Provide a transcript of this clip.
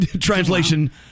Translation